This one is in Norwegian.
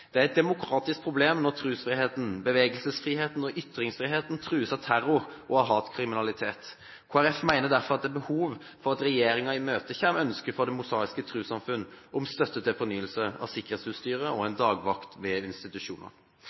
Det er et demokratisk problem når trosfriheten, bevegelsesfriheten og ytringsfriheten trues av terror og hatkriminalitet. Kristelig Folkeparti mener derfor at det er behov for at regjeringen imøtekommer ønsket fra Det Mosaiske Trossamfund om støtte til fornyelse av sikkerhetsutstyret og en dagvakt ved